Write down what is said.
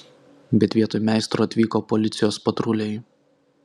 bet vietoj meistro atvyko policijos patruliai